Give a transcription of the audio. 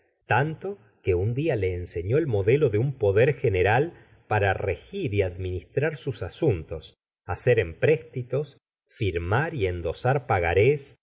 tanto que un dia le enseñó el modelo de un poder general para regir y ad ministrar sus asuntos hacer empréstitos firmar y endosar pagarés